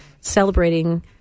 celebrating